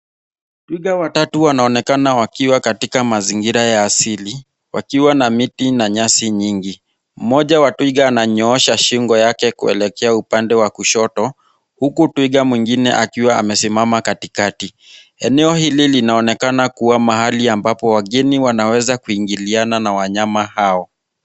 Twiga watatu wanaonekana wakiwa katika mazingira ya asili wakiwa na miti na nyasi nyingi, mmoja wa twiga ananyoosha shingo yake kuelekea upande wa kushoto huku twiga mwingine akiwa amesimama katikati. Eneo hili linaonekana kuwa mahali ambapo wageni wanaweza kuingiliana na wanyama hao.